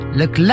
look